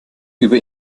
über